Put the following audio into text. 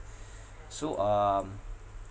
so um